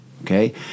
okay